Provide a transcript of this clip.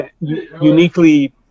uniquely